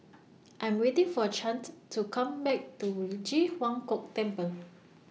I Am waiting For Chante to Come Back to Ji Huang Kok Temple